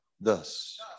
thus